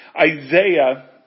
Isaiah